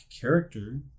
character